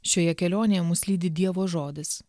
šioje kelionėje mus lydi dievo žodis